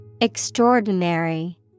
Extraordinary